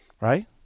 Right